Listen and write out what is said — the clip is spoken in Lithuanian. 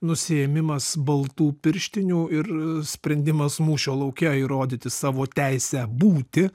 nusiėmimas baltų pirštinių ir sprendimas mūšio lauke įrodyti savo teisę būti